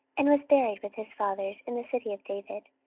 and was buried with his fathers in the city of david.